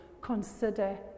consider